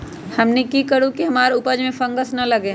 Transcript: हमनी की करू की हमार उपज में फंगस ना लगे?